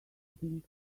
building